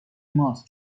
ماست